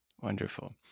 Wonderful